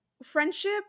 Friendship